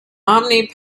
omni